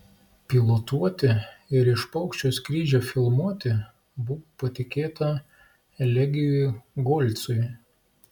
pilotuoti ir iš paukščio skrydžio filmuoti buvo patikėta elegijui golcui